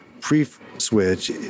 pre-switch